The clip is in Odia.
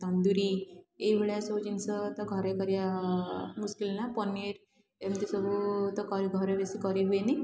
ତନ୍ଦୁରୀ ଏହିଭଳିଆ ସବୁ ଜିନିଷ ତ ଘରେ କରିବା ମୁସକିଲ୍ ନା ପନିର୍ ଏମିତି ସବୁ ତ ଘରେ ବେଶୀ କରିହୁଏନି